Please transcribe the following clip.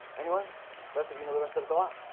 anyway rest of you know the rest of the torah